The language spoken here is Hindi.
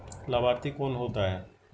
लाभार्थी कौन होता है?